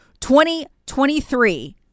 2023